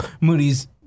Moody's